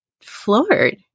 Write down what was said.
floored